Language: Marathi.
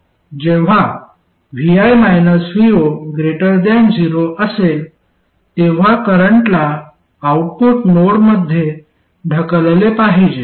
जेव्हा vi - vo 0 असेल तेव्हा करंटला आउटपुट नोडमध्ये ढकलले पाहिजे